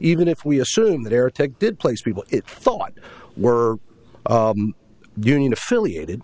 even if we assume that air take did place people thought were union affiliated